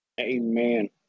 Amen